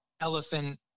elephant